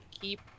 keep